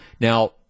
Now